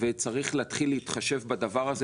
וצריך להתחיל להתחשב בדבר הזה